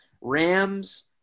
Rams